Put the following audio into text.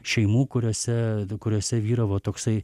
šeimų kuriose kuriose vyravo toksai